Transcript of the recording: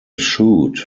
shoot